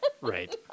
right